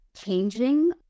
changing